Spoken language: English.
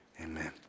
Amen